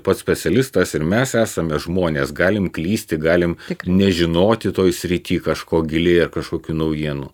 pats specialistas ir mes esame žmonės galim klysti galim nežinoti toj srity kažko giliai ar kažkokių naujienų